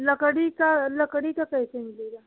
लकड़ी का लकड़ी का कैसे मिलेगा